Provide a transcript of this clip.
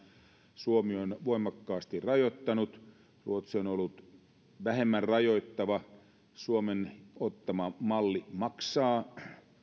suomi on voimakkaasti rajoittanut ruotsi on ollut vähemmän rajoittava suomen ottama malli maksaa